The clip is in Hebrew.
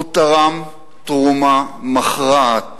הוא תרם תרומה מכרעת